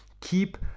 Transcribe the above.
keep